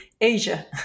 Asia